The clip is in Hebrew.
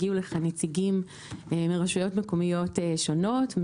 הגיעו לכאן נציגים מרשויות מקומיות שונות,